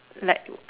like